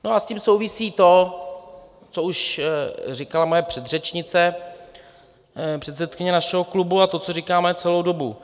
No a s tím souvisí to, co už říkala moje předřečnice, předsedkyně našeho klubu, a to, co říkáme celou dobu.